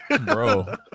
Bro